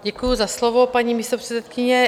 Děkuji za slovo, paní místopředsedkyně.